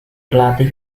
berlatih